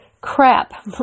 Crap